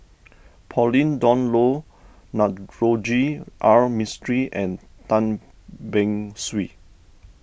Pauline Dawn Loh Navroji R Mistri and Tan Beng Swee